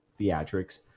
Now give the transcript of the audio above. theatrics